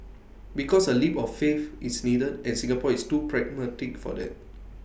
because A leap of faith is needed and Singapore is too pragmatic for that